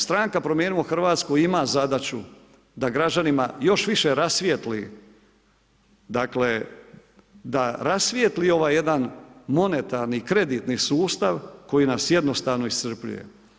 Stranka Promijenimo Hrvatsku ima zadaću da građanima još više rasvijetli, dakle da rasvijetli ovaj jedan monetarni kreditni sustav koji nas jednostavno iscrpljuje.